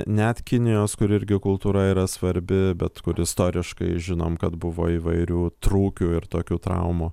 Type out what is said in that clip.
net kinijos kur irgi kultūra yra svarbi bet kur istoriškai žinom kad buvo įvairių trūkių ir tokių traumų